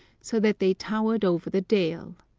so that they towered over the dale.